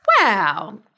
Wow